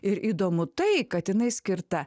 ir įdomu tai kad jinai skirta